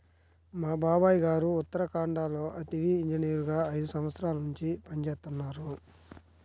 మా బాబాయ్ గారు ఉత్తరాఖండ్ లో అటవీ ఇంజనీరుగా ఐదు సంవత్సరాల్నుంచి పనిజేత్తన్నారు